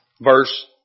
Verse